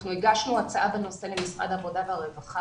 אנחנו כמובן הגשנו הצעה בנושא למשרד העבודה והרווחה,